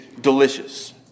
delicious